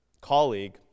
colleague